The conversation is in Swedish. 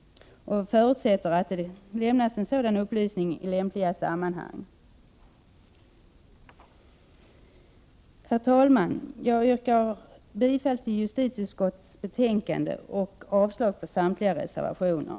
Vi förutsätter att det lämnas en sådan upplysning i lämpliga sammanhang. Herr talman! Jag yrkar bifall till justitieutskottets hemställan och avslag på samtliga reservationer.